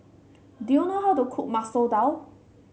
do you know how to cook Masoor Dal